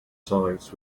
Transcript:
sites